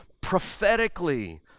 prophetically